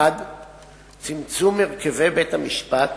1. צמצום הרכבי בתי-המשפט